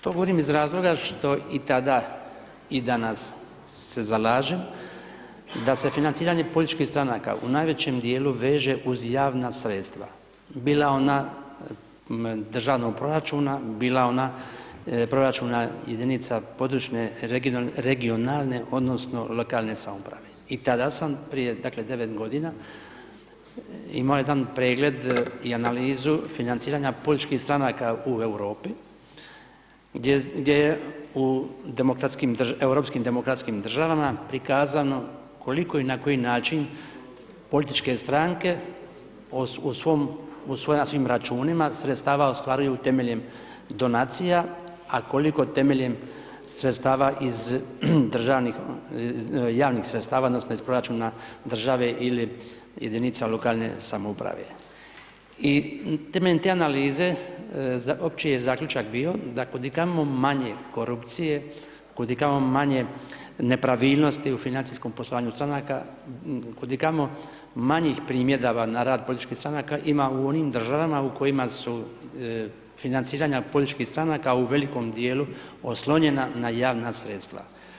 To govorim iz razloga, što i tada i danas se zalažem, da se financiranje političkih stranaka, u najvećem dijelu veže uz javna sredstva, bila ona državnog proračuna, bila ona proračuna jedinice područne, regionalne lokalne samouprave i tada sam prije 9 godina imao jedan pregled i analizu financiranja političkih stranaka u Europi gdje je u europskim demokratskim državama prikazano koliko i na koji način političke stranke u svojim računima sredstava ostvaruju temeljem donacija, a koliko temeljem sredstava iz državnih, javnih sredstava odnosno iz proračuna države ili jedinica lokalne samouprave i temeljem te analize opći je zaključak bio da kudikamo manje korupcije, kudikamo manje nepravilnosti u financijskom poslovanju stranaka, kudikamo manjih primjedaba na rad političkih stranaka ima u onim državama u kojima su financiranja političkih stranaka u velikom dijelu oslonjena na javna sredstva.